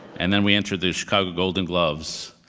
and then we entered the chicago golden gloves,